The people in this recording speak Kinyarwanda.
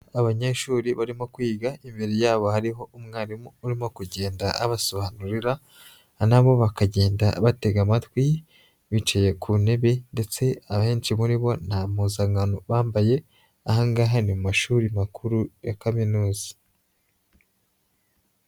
Abanyeshuri barimo kwiga imbere yabo hariho umwarimu urimo kugenda abasobanurira na bo bakagenda batega amatwi, bicaye ku ntebe ndetse ahenshi muri bo nta mpuzankano bambaye, aha ngaha ni mu mashuri makuru ya kaminuza.